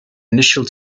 initial